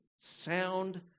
sound